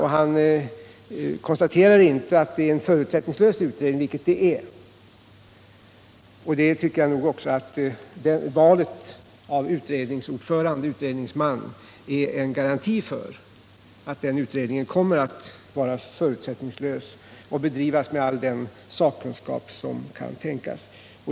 Han konstaterar inte att det är en förutsättningslös utredning, vilket det är. Valet av utredningsman är en garanti för att den utredningen kommer att vara förutsättningslös och bedrivas med all den sakkunskap som kan tänkas.